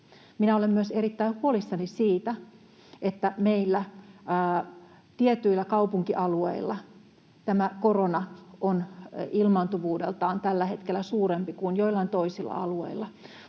olen myös erittäin huolissani siitä, että meillä tietyillä kaupunkialueilla tämä korona on ilmaantuvuudeltaan tällä hetkellä suurempi kuin joillain toisilla alueilla.